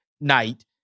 night